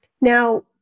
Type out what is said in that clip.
Now